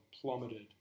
plummeted